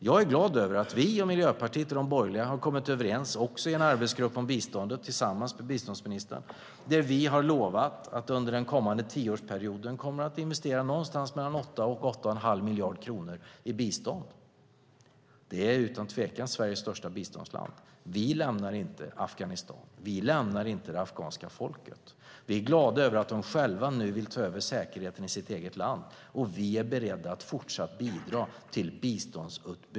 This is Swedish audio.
Jag är glad över att vi, Miljöpartiet och de borgerliga har kommit överens i en arbetsgrupp om biståndet tillsammans med biståndsministern där vi har lovat att vi under den kommande tioårsperioden kommer att investera någonstans mellan 8 och 8 1⁄2 miljard kronor i bistånd. Afghanistan är utan tvekan Sveriges största biståndsland.